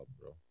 bro